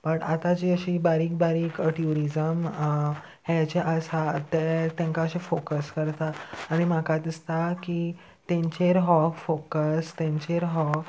but आतां जी अशी बारीक बारीक ट्युरिजम हें जे आसा ते तेंका अशे फोकस करता आनी म्हाका दिसता की तेंचेर हो फोकस तेंचेर हो